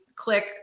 click